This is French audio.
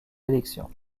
élections